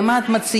מה את מציעה?